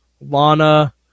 Lana